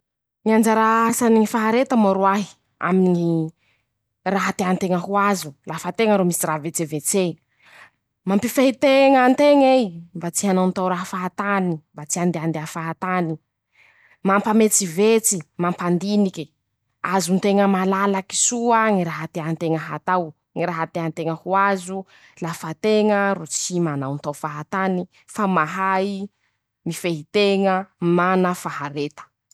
Ñy anjara asany ñy fahareta moa roahy aminy ñy raha tean-teña ho azo, lafa teña ro misy raha vetsevetsé, mampifehy teña anteña ei mba tsy hanaontao raha fahatany, mba tsy andehandeha fahatany, mampametsivetsy, mampandiniky, azo nteña malalaky soa ñy raha tea teña hatao, ñy raha tea teña ho azo lafa teña ro tsy manaontao fahatany, fa mahay mefehy teña mana fahareta.